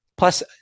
Plus